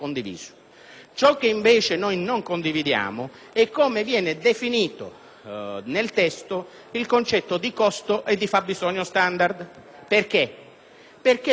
nel testo il concetto di costo e di fabbisogno standard. Infatti, l'unico elemento a cui è agganciato e che è certo nella delega (il resto è aria fritta)